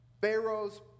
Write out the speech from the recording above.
Pharaoh's